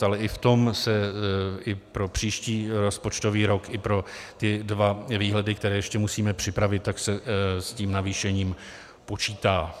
Ale i v tom se i pro příští rozpočtový rok i pro ty dva výhledy, které ještě musíme připravit, tak se s tím navýšením počítá.